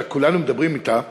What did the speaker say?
כשכולנו מדברים אִתה,